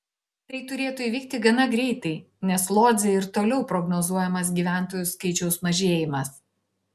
tai turėtų įvykti gana greitai nes lodzei ir toliau prognozuojamas gyventojų skaičiaus mažėjimas